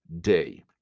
day